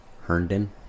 Herndon